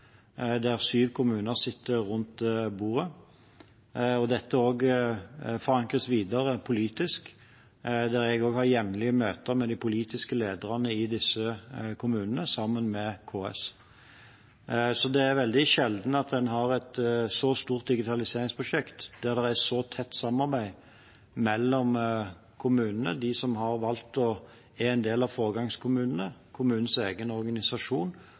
syv kommuner sitter rundt bordet. Dette forankres også videre politisk, der jeg også har jevnlige møter med de politiske lederne i disse kommunene sammen med KS. Det er veldig sjelden at man har et så stort digitaliseringsprosjekt der det er et så tett samarbeid mellom kommunene, de som har valgt og er en del av foregangskommunene, kommunenes egen organisasjon